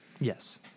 Yes